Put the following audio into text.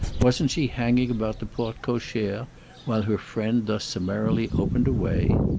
wasn't she hanging about the porte-cochere while her friend thus summarily opened a way?